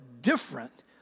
different